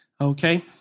Okay